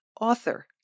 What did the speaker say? author